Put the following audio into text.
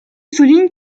souligne